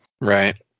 Right